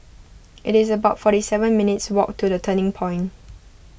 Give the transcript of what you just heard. it's about forty seven minutes' walk to the Turning Point